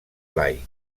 blai